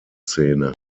szene